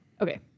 Okay